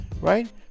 right